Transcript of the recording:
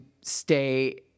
stay